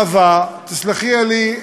נאוה, תסלחי לי,